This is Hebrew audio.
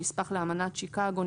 נספח לאמנת שיקגו,